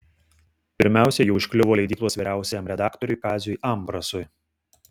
pirmiausia ji užkliuvo leidyklos vyriausiajam redaktoriui kaziui ambrasui